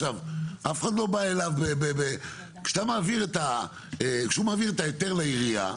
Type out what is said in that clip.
אף אחד לא בא אליו, כשהוא מעביר את ההיתר לעירייה,